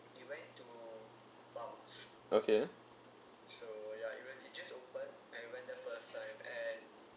okay